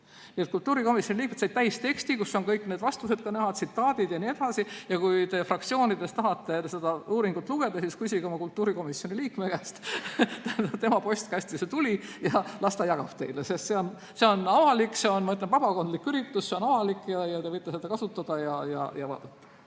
kultuurikomisjoni liikmed said täisteksti, kus on näha ka kõik need vastused, tsitaadid jne. Kui te fraktsioonides tahate seda uuringut lugeda, siis küsige oma kultuurikomisjoni liikme käest. Tema postkasti see tuli ja las ta jagab teile, sest see on avalik. See on vabakondlik üritus, see on avalik ja te võite seda kasutada ja vaadata.